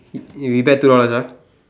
we bet two dollars ah